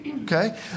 Okay